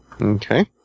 Okay